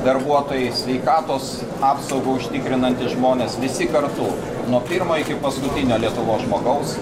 darbuotojai sveikatos apsaugą užtikrinantys žmonės visi kartu nuo pirmo iki paskutinio lietuvos žmogaus